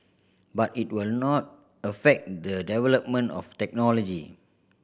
but it will not affect the development of technology